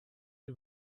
die